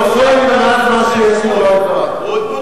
מפריע לי במעט הזמן שיש לי לומר את דברי.